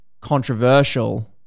controversial